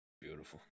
beautiful